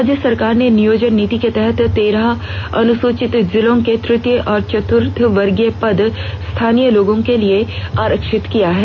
राज्य सरकार ने नियोजन नीति के तहत तेरह अनुसूचित जिलों के तृतीय और चतुर्थ वर्गीय पद स्थानीय लोगों के लिए आरक्षित किया है